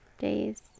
days